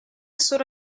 solo